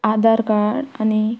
आदार कार्ड आनी